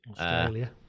Australia